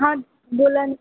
हां बोला ना